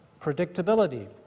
predictability